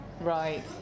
right